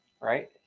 Right